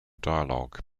dialogue